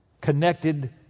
Connected